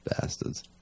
Bastards